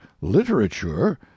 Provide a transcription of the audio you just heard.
literature